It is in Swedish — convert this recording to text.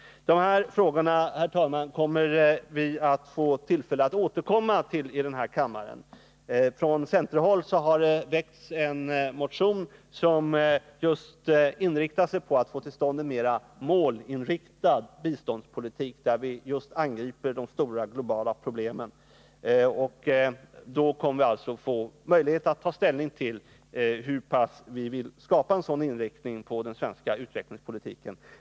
Herr talman! Dessa frågor kommer vi att få tillfälle att återkomma till här i kammaren. Från centerhåll har väckts en motion som syftar till en mera målinriktad biståndspolitik, där vi just angriper de stora, globala problemen. I det sammanhanget kommer vi alltså att få möjlighet att ta ställning till i vilken utsträckning vi vill skapa förutsättningar för en sådan inriktning av den svenska utvecklingspolitiken.